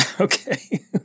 Okay